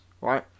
right